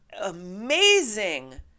amazing